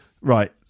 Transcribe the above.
Right